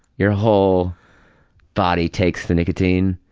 you're whole body takes the nicotine.